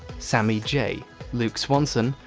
sammy j luke swanson,